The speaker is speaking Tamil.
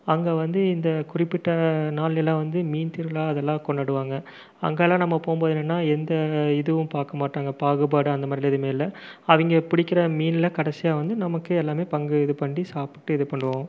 அங்கே வந்து இந்த குறிப்பிட்ட நாளில் எல்லாம் வந்து மீன் திருவிழா அதெல்லாம் கொண்டாடுவாங்க அங்கேயெல்லாம் நம்ம போகும்போது என்னனா எந்த இதுவும் பாக்கமாட்டாங்க பாகுபாடு அந்தமாதிரியெல்லாம் எதுவும் இல்லை அவங்க பிடிக்கிற மீனில் கடைசியாக வந்து நமக்கு எல்லாம் பங்கு இது பண்ணி சாப்பிட்டு இது பண்ணுவோம்